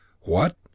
What